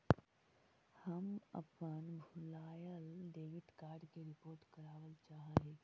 हम अपन भूलायल डेबिट कार्ड के रिपोर्ट करावल चाह ही